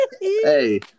Hey